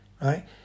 right